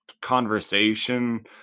conversation